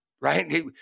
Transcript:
Right